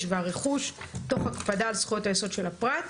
והרכוש תוך הקפדה על זכויות היסוד של הפרט,